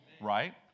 right